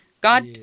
God